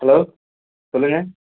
hello சொல்லுங்கள்